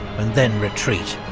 and then retreat.